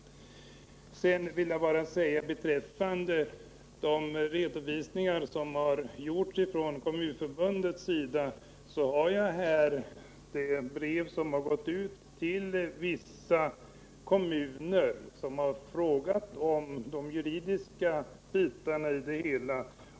Sedan vill jag bara beträffande de redovisningar som gjorts ifrån Kommunförbundets sida säga att jag här har det brev som gått ut till vissa kommuner som frågat om de juridiska bitarna i det hela.